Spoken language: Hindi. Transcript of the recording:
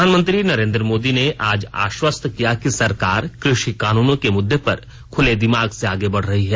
प्रधानमंत्री नरेन्द्र मोदी ने आज आश्वस्त किया कि सरकार कृषि कानूनों के मुद्दे पर खुले दिमाग से आगे बढ़ रही है